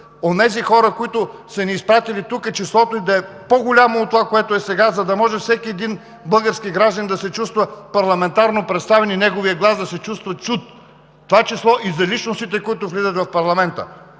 онези хора, които са ни изпратили тук – числото им да е по-голямо от това което е сега, за да може всеки един български гражданин да се чувства парламентарно представен и неговият глас да бъде чут. В това число и личностите, които влизат в парламента.